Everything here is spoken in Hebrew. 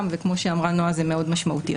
וכמו שאמרה נועה זה מאוד משמעותי.